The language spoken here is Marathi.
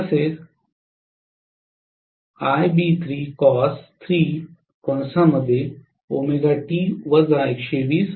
तसेच हे असेल